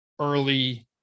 early